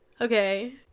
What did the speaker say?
okay